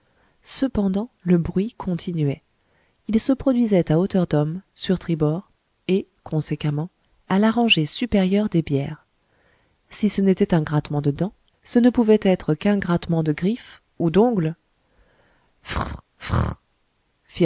cependant le bruit continuait il se produisait à hauteur d'homme sur tribord et conséquemment à la rangée supérieure des bières si ce n'était un grattement de dents ce ne pouvait être qu'un grattement de griffes ou d'ongles